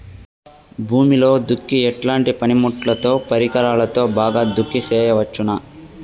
భూమిలో దుక్కి ఎట్లాంటి పనిముట్లుతో, పరికరాలతో బాగా దుక్కి చేయవచ్చున?